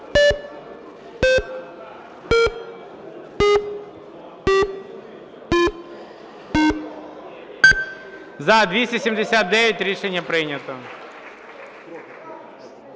За-279 Рішення прийнято.